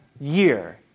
year